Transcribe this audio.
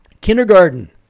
Kindergarten